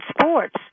sports